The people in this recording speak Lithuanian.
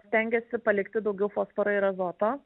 stengiasi palikti daugiau fosforo ir azoto